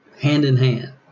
hand-in-hand